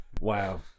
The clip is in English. Wow